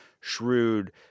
shrewd